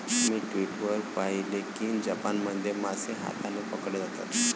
मी Twitter वर पाहिले की जपानमध्ये मासे हाताने पकडले जातात